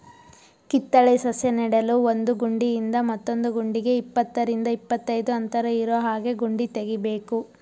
ಕಿತ್ತಳೆ ಸಸ್ಯ ನೆಡಲು ಒಂದು ಗುಂಡಿಯಿಂದ ಮತ್ತೊಂದು ಗುಂಡಿಗೆ ಇಪ್ಪತ್ತರಿಂದ ಇಪ್ಪತ್ತೈದು ಅಂತರ ಇರೋಹಾಗೆ ಗುಂಡಿ ತೆಗಿಬೇಕು